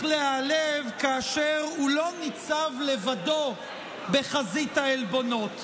להיעלב כאשר הוא לא ניצב לבדו בחזית העלבונות.